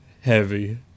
heavy